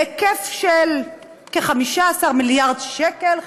בהיקף של כ-15 מיליארד שקל,